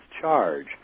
charge